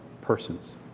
persons